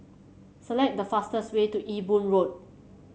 select the fastest way to Ewe Boon Road